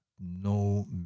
no